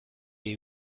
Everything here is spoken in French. est